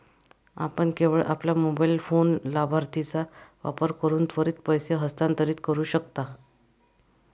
आपण केवळ आपल्या मोबाइल फोन लाभार्थीचा वापर करून त्वरित पैसे हस्तांतरित करू शकता